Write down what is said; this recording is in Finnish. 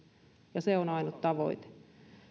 ja se on ainut tavoite